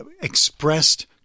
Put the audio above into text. expressed